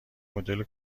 مدل